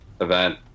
event